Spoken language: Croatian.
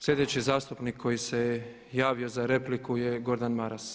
Sljedeći zastupnik koji se javio za repliku je Gordan Maras.